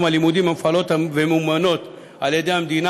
הלימודים המופעלות וממומנות על ידי המדינה,